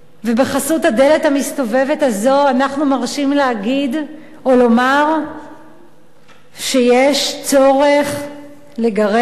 בחסות הדלת המסתובבת הזאת אנחנו מרשים להגיד או לומר שיש צורך לגרש,